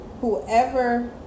whoever